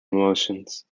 emotions